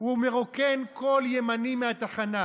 הוא מרוקן כל ימני מהתחנה: